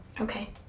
Okay